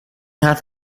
حرف